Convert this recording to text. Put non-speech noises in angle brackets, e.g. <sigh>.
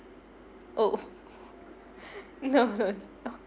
oh <laughs> no no no